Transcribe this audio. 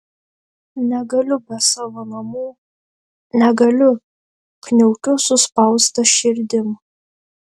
negaliu be savo namų negaliu kniaukiu suspausta širdim